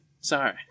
Sorry